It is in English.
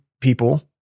people